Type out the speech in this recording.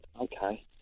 Okay